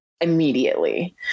immediately